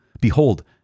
behold